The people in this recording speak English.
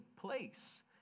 place